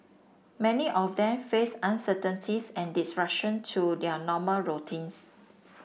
many of them faced uncertainties and disruption to their normal routines